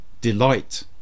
delight